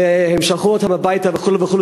והם שלחו אותם הביתה וכו' וכו'.